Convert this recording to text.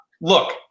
Look